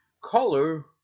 Color